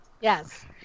Yes